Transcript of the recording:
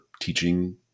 teaching